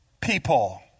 people